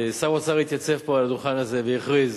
שר האוצר התייצב פה על הדוכן הזה והכריז